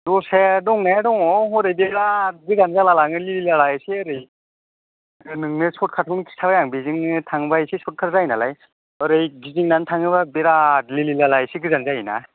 दस्राया दंनाया दङ हरै बिराथ गोजान जाला लाङो लिलि लाला एसे ओरै नोंनो सर्टकाटखौनो खिथाबाय आं बेजोंनो थाङोबा एसे सर्टकाट जायो नालाय ओरै गिदिंनानै थाङोबा बिराथ लिलि लाला एसे गोजान जायोना